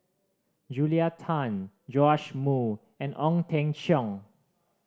Julia Tan Joash Moo and Ong Teng Cheong